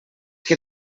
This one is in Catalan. que